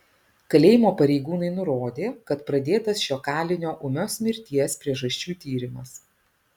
kalėjimo pareigūnai nurodė kad pradėtas šio kalinio ūmios mirties priežasčių tyrimas